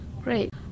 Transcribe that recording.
Great